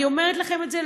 אני אומרת לכם את זה,